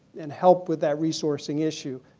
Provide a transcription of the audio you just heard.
and help with that resourcing issue.